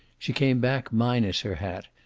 she came back minus her hat,